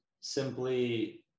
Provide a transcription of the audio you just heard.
simply